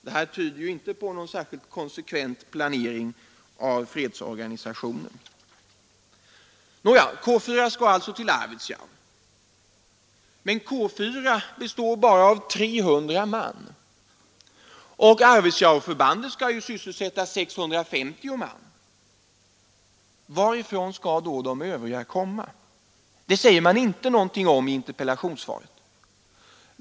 Det tyder inte på någon särskilt konsekvent planering av fredsorganisationen. K 4 skall alltså till Arvidsjaur. Men K 4 består bara av 300 man, och Arvidsjaurförbandet skall sysselsätta 650 man. Varifrån skall de övriga komma? Det sägs det ingenting om i interpellationssvaret.